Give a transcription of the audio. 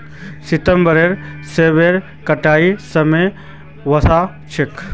सितंबरत सेबेर कटाईर समय वसा छेक